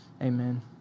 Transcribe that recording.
Amen